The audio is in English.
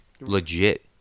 legit